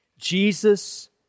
Jesus